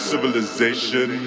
civilization